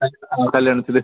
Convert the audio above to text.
ആ കല്ല്യാൺസിൽ